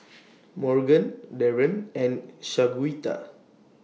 Morgan Darren and Shaquita